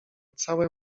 całe